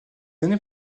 années